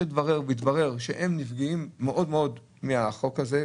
דבר מתברר שהן נפגעות מאוד מהחוק הזה,